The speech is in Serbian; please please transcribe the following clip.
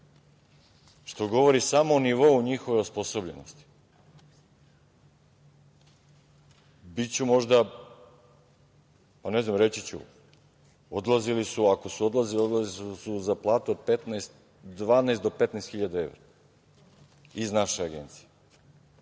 Što govori samo o nivou njihove osposobljenosti. Biću možda, ne znam, reći ću, odlazili su, ako su odlazili, odlazili su za platu od 12 do 15 hiljada evra, iz naše Agencije.